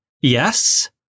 Yes